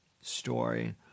story